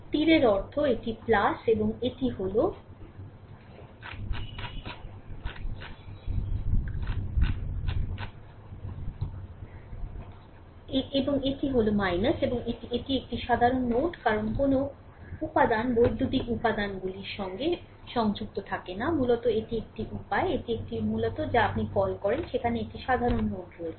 তীরের অর্থ এটি এবং এটি হল এবং এটি একটি এটি একটি সাধারণ নোড কারণ কোনও উপাদান বৈদ্যুতিক উপাদানগুলি সংযুক্ত থাকে না মূলত এটি একটি উপায় এটি এটি একটি মূলত যা আপনি কল করেন সেখানে একটি সাধারণ নোড রয়েছে